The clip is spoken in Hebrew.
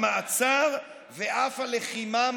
המעצר ואף הלחימה ממש.